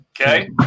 Okay